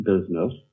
business